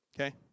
Okay